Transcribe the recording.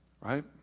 Right